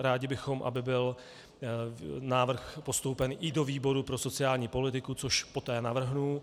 Rádi bychom, aby byl návrh postoupen i do výboru pro sociální politiku, což poté navrhnu.